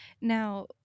now